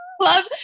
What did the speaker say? love